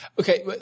Okay